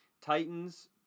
Titans